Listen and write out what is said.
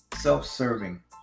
self-serving